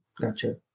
Gotcha